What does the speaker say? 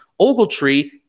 Ogletree